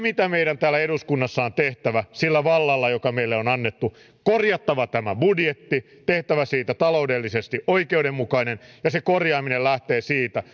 mitä meidän täällä eduskunnassa on tehtävä sillä vallalla joka meille on annettu korjattava tämä budjetti tehtävä siitä taloudellisesti oikeudenmukainen ja se korjaaminen lähtee siitä